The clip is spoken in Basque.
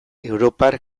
europar